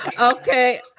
Okay